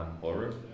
horror